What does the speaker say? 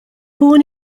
born